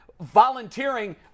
volunteering